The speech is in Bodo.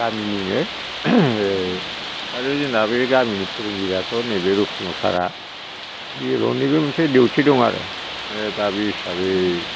गामिनिनो आरो जोंना बे गामिनि फोरोंगिरिआथ' नैबे रुखुमु सारा बिएलअ निबो मोनसे डिउटी दं आरो दा बे हिसाबै